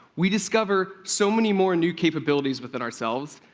we discover so many more new capabilities within ourselves,